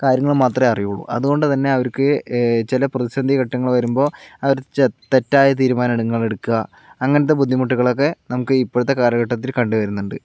കാര്യങ്ങൾ മാത്രമേ അറിയുകയുള്ളൂ അതുകൊണ്ടുതന്നെ അവർക്ക് ചില പ്രതിസന്ധി ഘട്ടങ്ങൾ വരുമ്പോൾ അവർ തെറ്റായ തീരുമാനങ്ങൾ എടുക്കുക അങ്ങനത്തെ ബുദ്ധിമുട്ടുകളൊക്കെ നമുക്ക് ഇപ്പോഴത്തെ കാലഘട്ടത്തിൽ കണ്ടുവരുന്നുണ്ട്